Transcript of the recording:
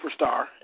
superstar